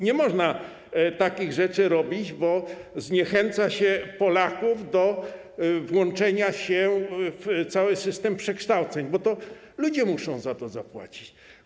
Nie można takich rzeczy robić, bo zniechęca się Polaków do włączenia się w cały system przekształceń, bo to ludzie muszą za to zapłacić.